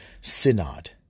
synod